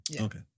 Okay